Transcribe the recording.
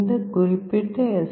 இந்த குறிப்பிட்ட எஸ்